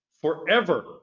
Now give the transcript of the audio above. forever